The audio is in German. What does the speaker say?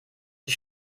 die